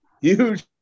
Huge